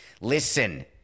listen